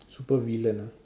supervillain ah